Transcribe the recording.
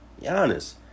Giannis